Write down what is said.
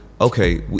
okay